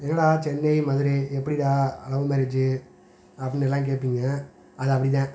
என்னடா சென்னை மதுரை எப்படிடா லவ் மேரேஜி அப்படினு எல்லாம் கேட்பிங்க அது அப்படிதான்